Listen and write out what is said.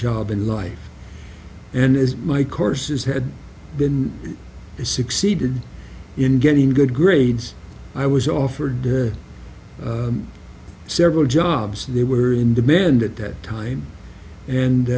job in life and as my courses had been succeeded in getting good grades i was offered several jobs and they were in demand at that time